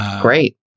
great